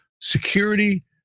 security